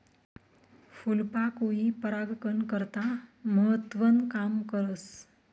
फूलपाकोई परागकन करता महत्वनं काम करस